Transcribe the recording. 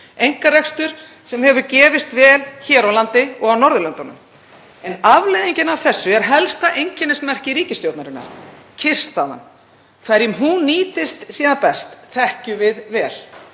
einkarekstur sem hefur gefist vel hér á landi og á Norðurlöndunum. En afleiðingin af þessu er helsta einkennismerki ríkisstjórnarinnar: kyrrstaðan. Hverjum hún nýtist síðan best þekkjum við vel,